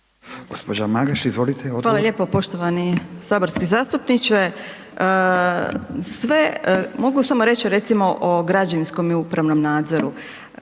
Gđa. Magaš, izvolite. **Magaš, Dunja** Hvala lijepo poštovani saborski zastupniče. Sve, mogu samo reći recimo o građevinskom i upravnom nadzoru,